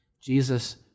Jesus